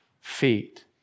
feet